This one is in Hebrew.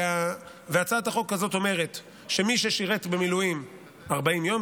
הצעת החוק הזאת אומרת שמי ששירת במילואים 40 יום,